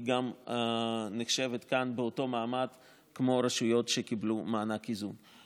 היא נחשבת כאן באותו מעמד כמו רשויות שקיבלו מענק איזון.